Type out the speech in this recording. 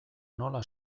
nola